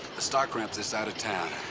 the stock ramp's this side of town.